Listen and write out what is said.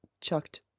chucked